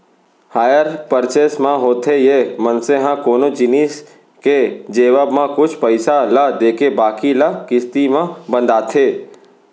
hire purchase म होथे ये मनसे ह कोनो जिनिस के लेवब म कुछ पइसा ल देके बाकी ल किस्ती म बंधाथे